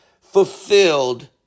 fulfilled